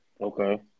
Okay